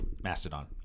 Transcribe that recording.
Mastodon